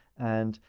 and,